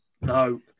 No